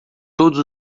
todos